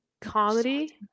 comedy